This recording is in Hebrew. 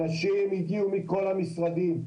אנשים הגיעו מכל המשרדים,